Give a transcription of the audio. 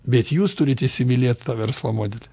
bet jūs turit įsimylėt tą verslo modelį